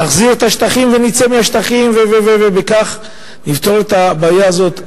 נחזיר את השטחים ונצא מהשטחים בכך נפתור את הבעיה הזאת?